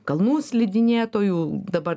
kalnų slidinėtojų dabar